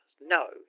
No